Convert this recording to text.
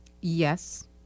Yes